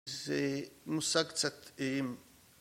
זה מושג קצת אמ...